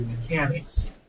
mechanics